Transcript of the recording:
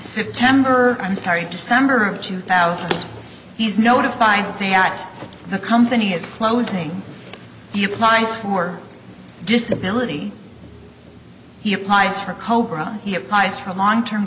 september i'm sorry december of two thousand he's notifying me at the company is closing he applied for disability he applies for cobra he applies for a long term